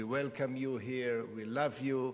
We welcome you here, we love you,